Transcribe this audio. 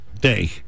day